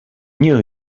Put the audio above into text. knew